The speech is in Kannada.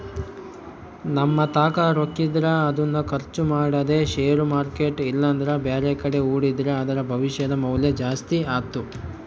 ನಮ್ಮತಾಕ ರೊಕ್ಕಿದ್ರ ಅದನ್ನು ಖರ್ಚು ಮಾಡದೆ ಷೇರು ಮಾರ್ಕೆಟ್ ಇಲ್ಲಂದ್ರ ಬ್ಯಾರೆಕಡೆ ಹೂಡಿದ್ರ ಅದರ ಭವಿಷ್ಯದ ಮೌಲ್ಯ ಜಾಸ್ತಿ ಆತ್ತು